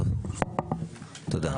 טוב, תודה.